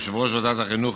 יושב-ראש ועדת החינוך,